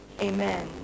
Amen